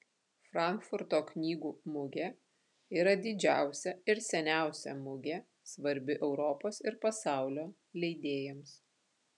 frankfurto knygų mugė yra didžiausia ir seniausia mugė svarbi europos ir pasaulio leidėjams